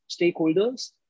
stakeholders